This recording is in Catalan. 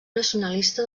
nacionalista